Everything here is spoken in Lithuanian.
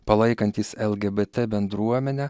palaikantys lgbt bendruomenę